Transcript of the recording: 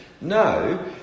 No